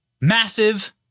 massive